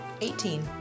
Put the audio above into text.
Eighteen